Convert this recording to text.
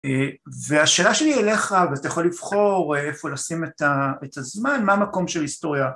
והשאלה שלי אליך, ואתה יכול לבחור איפה לשים את הזמן, מה המקום של היסטוריה